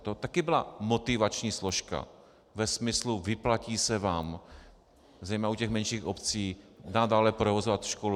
To také byla motivační složka ve smyslu: vyplatí se vám, zejména u těch menších obcí, nadále provozovat školu.